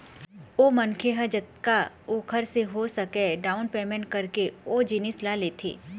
ओ मनखे ह जतका ओखर से हो सकय डाउन पैमेंट करके ओ जिनिस ल लेथे